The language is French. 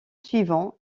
suivant